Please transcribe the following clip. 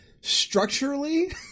structurally